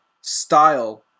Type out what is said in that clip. style